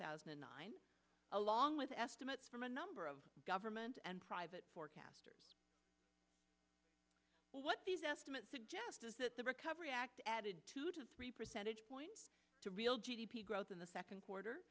thousand and nine along with estimates from a number of government and private forecasters what these estimates suggest is that the recovery act added two to three percentage points to real g d p growth in the second quarter